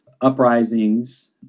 uprisings